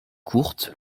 courte